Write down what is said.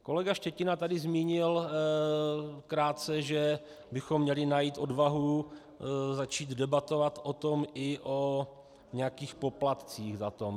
Kolega Štětina tady zmínil krátce, že bychom měli najít odvahu začít debatovat o tom, i o nějakých poplatcích za to.